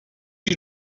you